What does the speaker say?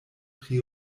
pri